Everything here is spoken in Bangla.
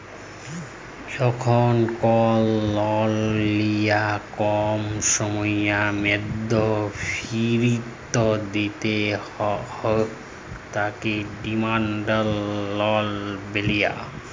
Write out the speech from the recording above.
যখল কল লল লিয়ার কম সময়ের ম্যধে ফিরত দিতে হ্যয় তাকে ডিমাল্ড লল ব্যলে